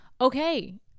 Okay